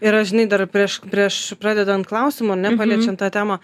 ir aš žinai dar prieš prieš pradedant klausimą ar ne paliečiant tą temą